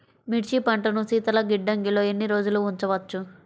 మిర్చి పంటను శీతల గిడ్డంగిలో ఎన్ని రోజులు ఉంచవచ్చు?